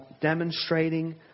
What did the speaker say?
demonstrating